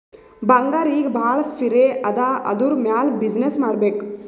ಬಂಗಾರ್ ಈಗ ಭಾಳ ಪಿರೆ ಅದಾ ಅದುರ್ ಮ್ಯಾಲ ಬಿಸಿನ್ನೆಸ್ ಮಾಡ್ಬೇಕ್